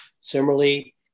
Similarly